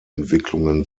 entwicklungen